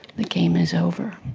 the game is over.